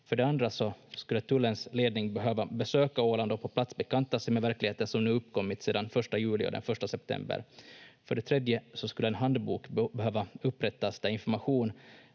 Tullens ledning behöva besöka Åland och på plats bekanta sig med verkligheten som nu uppkommit sedan 1 juli och den 1 september. För det tredje skulle en handbok behöva upprättas där information